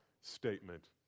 statement